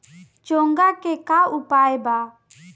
चोंगा के का उपयोग बा?